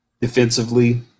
defensively